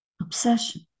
obsession